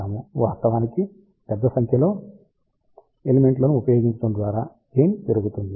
వాస్తవానికి పెద్ద సంఖ్యలో ఎలిమెంట్ లను ఉపయోగించడం ద్వారా గెయిన్ పెరుగుతుంది